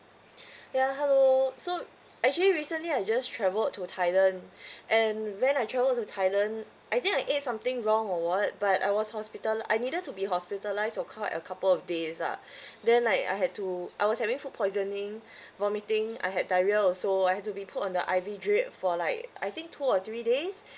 ya hello so actually recently I just travelled to thailand and when I travelled to thailand I think I ate something wrong or what but I was hospitali~ I needed to be hospitalised for quite a couple of days ah then like I had to I was having food poisoning vomiting I had diarrhea also I had to be put on the I_V drip for like I think two or three days